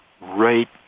right